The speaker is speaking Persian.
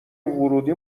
ورودی